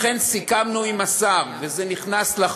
לכן סיכמנו עם השר,